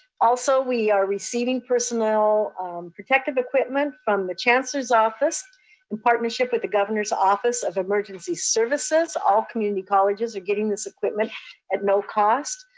also, we are receiving personnel protective equipment from the chancellor's office in partnership with the governor's office of emergency services. all community colleges are getting this equipment at no cost.